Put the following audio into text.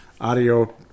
audio